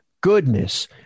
goodness